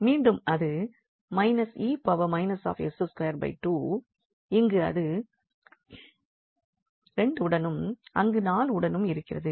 மீண்டும் அது −𝑒−𝑠22 இங்கு அது 2 உடனும் அங்கு 4 உடனும் இருக்கிறது